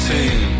Team